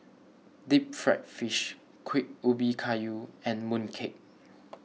Deep Fried Fish Kuih Ubi Kayu and Mooncake